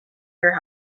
your